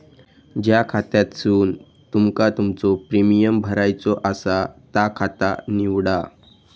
ज्या खात्यासून तुमका तुमचो प्रीमियम भरायचो आसा ता खाता निवडा